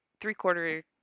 three-quarter